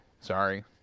Sorry